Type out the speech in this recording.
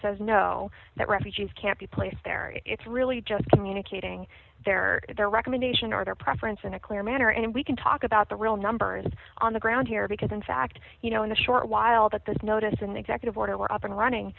says no that refugees can't be placed there it's really just communicating their their recommendation or their preference in a clear manner and we can talk about the real numbers on the ground here because in fact you know in a short while that this notice and executive order up and running